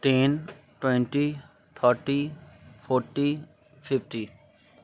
ten twenty thirty forty fifty